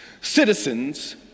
citizens